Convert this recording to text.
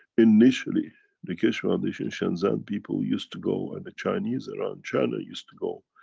initially the keshe foundation shenzhen people used to go, and the chinese around china used to go,